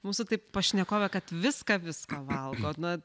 mūsų taip pašnekovė kad viską viską valgo na